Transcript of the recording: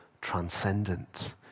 transcendent